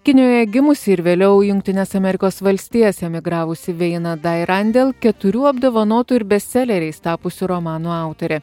kinijoje gimusi ir vėliau į jungtines amerikos valstijas emigravusi veina dai randel keturių apdovanotų ir bestseleriais tapusių romanų autorė